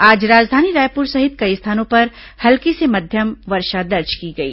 आज राजधानी रायपुर सहित कई स्थानों पर हल्की से मध्यम बारिश हुई